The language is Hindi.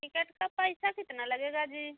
टिकट का पैसा कितना लगेगा जी